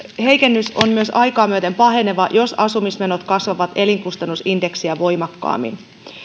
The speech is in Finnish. heikennys on myös aikaa myöten paheneva jos asumismenot kasvavat elinkustannusindeksiä voimakkaammin